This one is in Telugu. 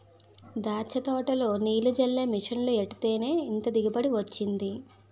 దాచ్చ తోటలో నీల్లు జల్లే మిసన్లు ఎట్టేత్తేనే ఇంత దిగుబడి వొచ్చింది